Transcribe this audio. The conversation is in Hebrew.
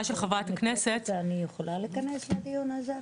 של חברת הכנסת --- אני יכולה להיכנס לדיון הזה?